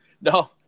No